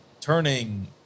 turning